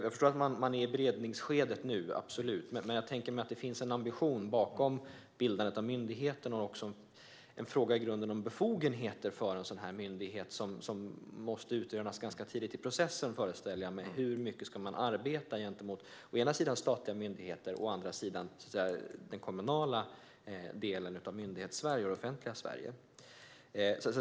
Jag förstår absolut att man nu är i beredningsskedet, men jag tänker mig att det finns en ambition bakom bildandet av myndigheten. Det är i grunden en fråga om befogenheterna för en sådan här myndighet, och detta måste utrönas ganska tidigt i processen, föreställer jag mig. Hur mycket ska man arbeta gentemot å ena sidan statliga myndigheter, å andra sidan den kommunala delen av Myndighetssverige och det offentliga Sverige?